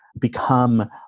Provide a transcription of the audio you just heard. become